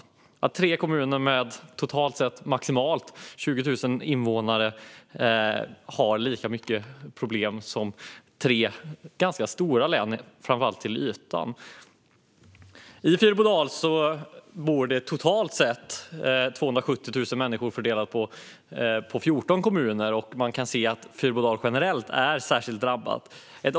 Tre kommuner med totalt maximalt 20 000 invånare har alltså lika mycket problem som dessa tre till ytan stora län. I Fyrbodal bor det totalt 270 000 människor fördelat på 14 kommuner, och man kan se att hela detta område är särskilt drabbat.